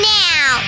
now